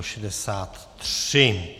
63.